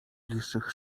bliższych